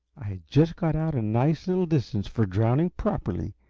i had just got out a nice little distance for drowning properly,